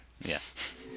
yes